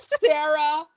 Sarah